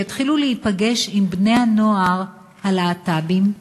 שיתחילו להיפגש עם בני-הנוער הלהט"בים.